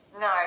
No